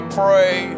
pray